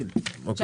שוב